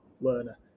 learner